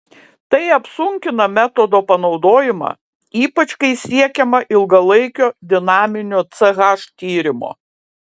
tai apsunkina metodo panaudojimą ypač kai siekiama ilgalaikio dinaminio ch tyrimo